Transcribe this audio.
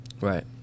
Right